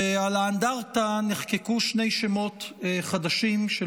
ועל האנדרטה נחקקו שני שמות חדשים של